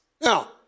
now